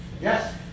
Yes